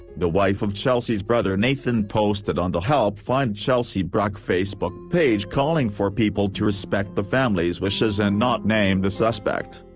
the wife of chelsea's brother nathan posted on the help find chelsea bruck facebook page calling for people to respect the family's wishes and not name the suspect.